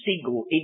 single